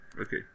Okay